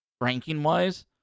ranking-wise